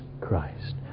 Christ